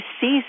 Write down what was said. sees